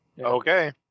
Okay